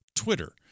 Twitter